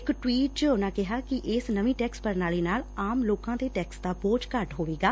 ਇਕ ਟਵੀਟ ਚ ਉਨ੍ਹਾਂ ਕਿਹਾ ਕਿ ਇਸ ਨਵੀਂ ਟੈਕਸ ਪੁਣਾਲੀ ਨਾਲ ਆਮ ਲੋਕਾਂ ਤੇ ਟੈਕਸ ਦਾ ਬੋਝ ਘੱਟ ਹੋਵੇਗਾ